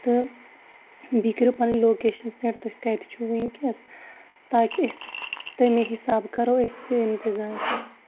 تہٕ بیٚیہِ کٔرِو پَنٕنۍ لوکیشن سینڈ تُہۍ کَتہِ چھِو وٕنکیٚس تاکہِ أسۍ تہِ تَمہِ حِسابہٕ کرو أسۍ تہِ اِنتظار